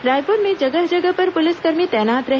रायपुर में जगह जगह पर पुलिसकर्मी तैनात रहे